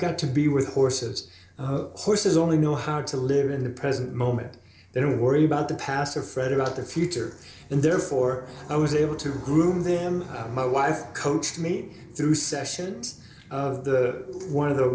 got to be with horses horses only know how to live in the present moment they don't worry about the past or fret about the future and therefore i was able to groom them my wife coaxed me through sessions of the one of the